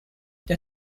der